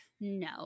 No